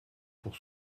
pour